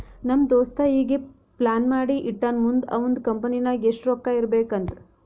ನಮ್ ದೋಸ್ತ ಈಗೆ ಪ್ಲಾನ್ ಮಾಡಿ ಇಟ್ಟಾನ್ ಮುಂದ್ ಅವಂದ್ ಕಂಪನಿ ನಾಗ್ ಎಷ್ಟ ರೊಕ್ಕಾ ಇರ್ಬೇಕ್ ಅಂತ್